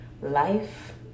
Life